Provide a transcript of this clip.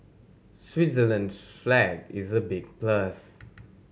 Switzerland's flag is a big plus